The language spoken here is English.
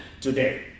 today